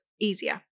easier